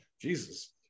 jesus